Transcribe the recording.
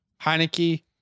Heineke